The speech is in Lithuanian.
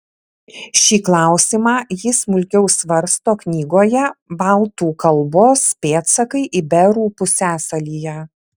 šį klausimą ji smulkiau svarsto knygoje baltų kalbos pėdsakai iberų pusiasalyje